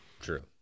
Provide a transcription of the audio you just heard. true